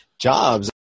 jobs